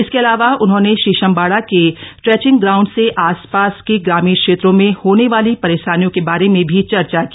इसके अलावा उन्होंने शीशमबाड़ा के ट्रेंचिंग ग्राउंड से आसपास के ग्रामीण क्षेत्रों में होने वाली परेशानियों के बारे में भी चर्चा की